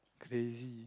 crazy